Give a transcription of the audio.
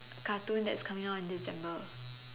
cartoon that's coming out in December